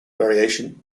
variation